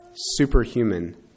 superhuman